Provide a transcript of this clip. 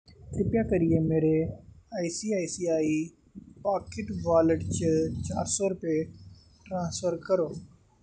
किरपा करियै मेरे आईसीआईसीआई पाकेट वालेट च चार सौ रपेऽ ट्रांसफर करो